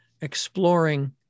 exploring